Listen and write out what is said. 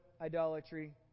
idolatry